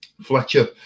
Fletcher